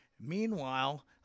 Meanwhile